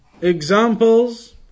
examples